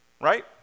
Right